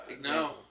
No